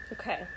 Okay